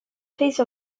police